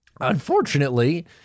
Unfortunately